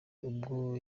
ubwo